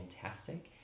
fantastic